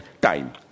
time